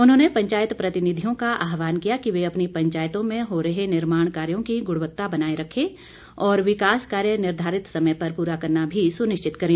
उन्होंने पंचायत प्रतिनिधियों का आहवान किया कि वे अपनी पंचायतों में हो रहे निर्माण कार्यों की गुणवत्ता बनाए रखें और विकास कार्य निर्धारित समय पर पूरा करना भी सुनिश्चित करें